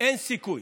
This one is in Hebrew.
אין סיכוי.